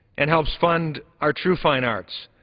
and helps fund our true fine arts.